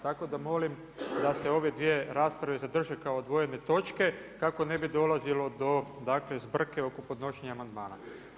Tako da molim da se ove dvije rasprava zadrže kao odvojene točke kako ne bi dolazilo do, dakle zbrke oko podnošenja amandmana.